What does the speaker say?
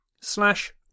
slash